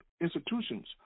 institutions